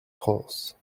france